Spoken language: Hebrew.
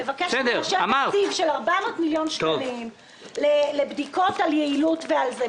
מבקש לאשר תקציב של 400 מיליון שקלים לבדיקות על יעילות ועל זה.